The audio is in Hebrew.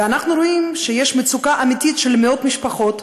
ואנחנו רואים שיש מצוקה אמיתית של מאות משפחות,